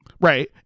Right